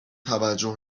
توجه